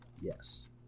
Yes